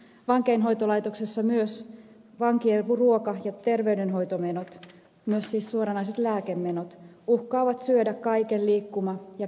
vankeinhoitolaitoksessa myös vankien ruoka ja terveydenhoitomenot myös siis suoranaiset lääkemenot uhkaavat syödä kaiken liikkuma ja kehittämisvaran